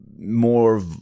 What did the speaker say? more